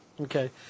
Okay